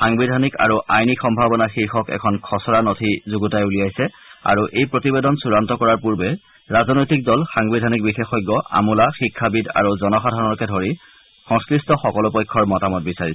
সাংবিধানিক আৰু আইনী সম্ভাৱনা শীৰ্ষক এখন খচৰা নথি যুগুতাই উলিয়াইছে আৰু এই প্ৰতিবেদন চূড়ান্ত কৰাৰ পূৰ্বে ৰাজনৈতিক দল সাংবিধানিক বিশেষজ্ঞ আমোলা শিক্ষাবিদ আৰু জনসাধাৰণকে ধৰি সংশ্লিষ্ট সকলো পক্ষৰ মতামত বিচাৰিছে